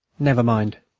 never mind.